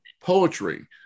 poetry